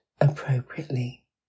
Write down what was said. Appropriately